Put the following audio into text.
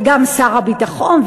וגם שר הביטחון,